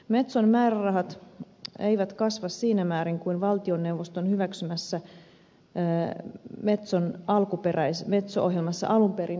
metson määrärahat eivät kasva siinä määrin kuin valtioneuvoston hyväksymässä metso ohjelmassa alun perin linjattiin